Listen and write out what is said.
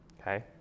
Okay